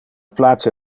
place